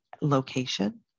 location